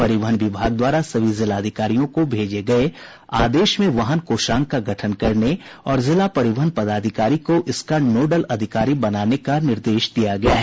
परिवहन विभाग द्वारा सभी जिलाधिकारियों को भेजे गये आदेश में वाहन कोषांग का गठन करने और जिला परिवहन पदाधिकारी को इसका नोडल अधिकारी बनाने का निर्देश दिया गया है